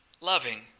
loving